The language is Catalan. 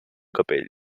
capell